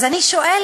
אז אני שואלת,